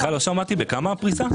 סליחה, לא שמעתי, בכמה הפריסה?